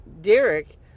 Derek